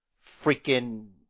freaking